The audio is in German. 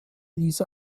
diese